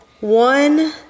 one